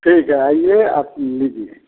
ठीक है आइए आप लीजिए